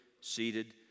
seated